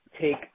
take